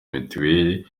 mituweli